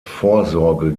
vorsorge